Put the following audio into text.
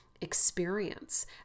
experience